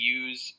use